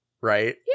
right